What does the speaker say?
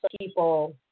people